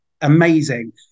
amazing